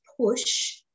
push